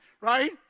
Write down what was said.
Right